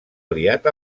aliat